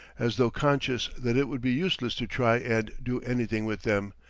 as though conscious that it would be useless to try and do anything with them,